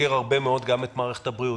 חוקר הרבה מאוד גם את מערכת הבריאות.